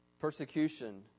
persecution